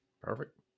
Perfect